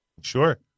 Sure